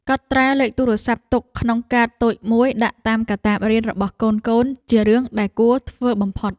កត់ត្រាលេខទូរស័ព្ទទុកក្នុងកាតតូចមួយដាក់តាមកាតាបរៀនរបស់កូនៗជារឿងដែលគួរធ្វើបំផុត។